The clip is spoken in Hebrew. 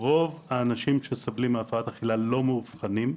רוב האנשים שסובלים מהפרעת אכילה לא מאובחנים,